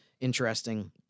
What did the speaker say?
interesting